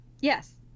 yes